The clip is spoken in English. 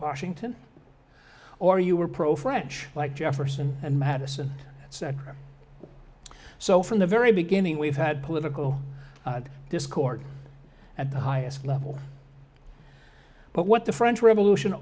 washington or you were pro french like jefferson and madison said so from the very beginning we've had political discord at the highest level but what the french revolution